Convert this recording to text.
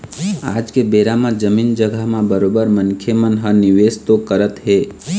आज के बेरा म जमीन जघा म बरोबर मनखे मन ह निवेश तो करत हें